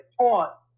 taught